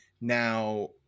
Now